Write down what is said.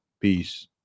Peace